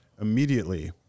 immediately